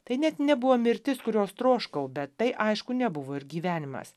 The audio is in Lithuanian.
tai net nebuvo mirtis kurios troškau bet tai aišku nebuvo ir gyvenimas